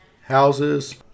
houses